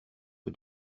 que